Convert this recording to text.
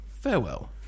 Farewell